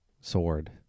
sword